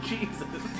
Jesus